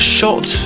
Shot